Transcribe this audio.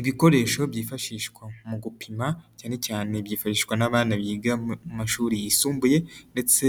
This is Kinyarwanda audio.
Ibikoresho byifashishwa mu gupima cyane cyane byifashishwa n'abana biga mu mashuri yisumbuye ndetse